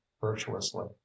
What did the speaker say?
virtuously